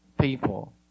people